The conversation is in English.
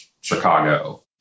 Chicago